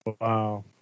Wow